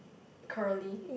curly